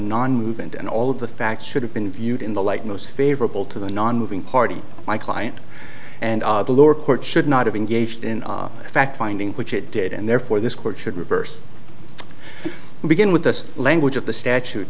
non movement and all of the facts should have been viewed in the light most favorable to the nonmoving party my client and the lower court should not have engaged in fact finding which it did and therefore this court should reverse we begin with the language of the statute